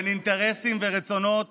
בין אינטרסים ורצונות